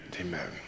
amen